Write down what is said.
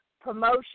promotion